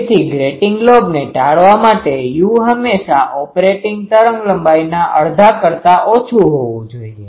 તેથી ગ્રેટીંગ લોબને ટાળવા માટે u હંમેશા ઓપરેટિંગ તરંગલંબાઇના અડધા કરતા ઓછું હોવુ જોઈએ